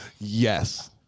Yes